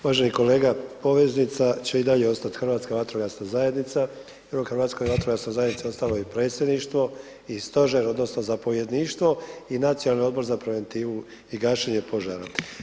Uvaženi kolega poveznica će i dalje ostati Hrvatska vatrogasna zajednica jer u Hrvatskoj vatrogasnoj zajednici ostalo je i predsjedništvo i stožer, odnosno zapovjedništvo i nacionalni odbor za preventivu i gašenje požara.